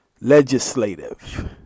legislative